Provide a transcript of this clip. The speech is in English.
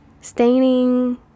Staining